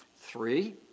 Three